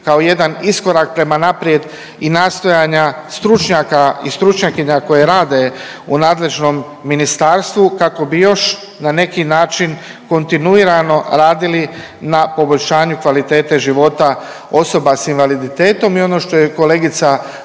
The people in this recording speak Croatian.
kao jedan iskorak prema naprijed i nastojanja stručnjaka i stručnjakinja koje rade u nadležnom ministarstvu kako bi još na neki način kontinuirano radili na poboljšanju kvalitete života osoba s invaliditetom i ono što je kolegica